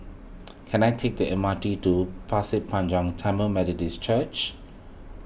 can I take the M R T to Pasir Panjang Tamil Methodist Church